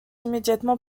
immédiatement